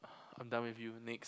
I'm done with you next